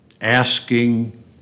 asking